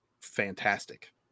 fantastic